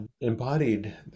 embodied